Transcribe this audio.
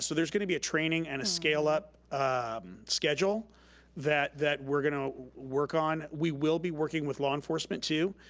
so there's gonna be a training and a scale up schedule that that we're gonna work on. we will be working with law enforcement, too,